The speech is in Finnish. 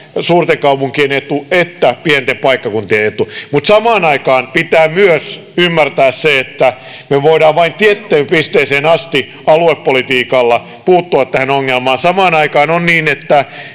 suurten kaupunkien etu että pienten paikkakuntien etu mutta samaan aikaan pitää myös ymmärtää se että me voimme vain tiettyyn pisteeseen asti aluepolitiikalla puuttua tähän ongelmaan samaan aikaan on niin että